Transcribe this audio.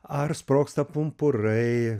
ar sprogsta pumpurai